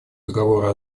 договора